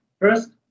first